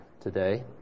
today